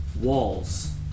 walls